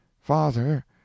father